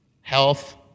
health